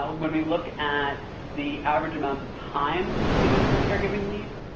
when we look at the average amount of time given for caregiving leaves,